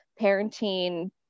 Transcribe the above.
parenting